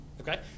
Okay